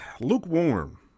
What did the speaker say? Lukewarm